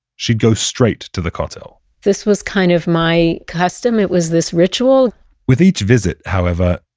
she'd go straight to the kotel this was kind of my custom. it was this ritual with each visit, however,